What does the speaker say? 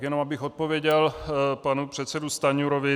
Jenom abych odpověděl panu předsedovi Stanjurovi.